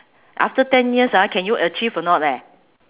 after ten years ah can you achieve or not leh